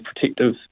protective